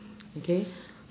okay